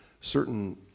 certain